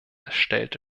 erstellte